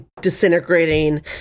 disintegrating